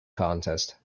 contest